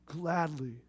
gladly